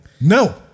No